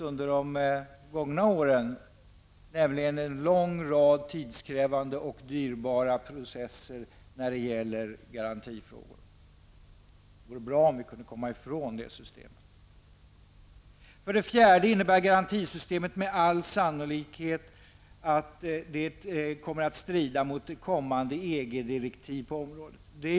Under de gångna åren har en lång rad sådana processer ägt rum när det gäller garantifrågor. Det vore bra om vi kunde komma ifrån det systemet. För det fjärde kommer garantisystemet med all sannolikhet att strida mot kommande EG-direktiv på området.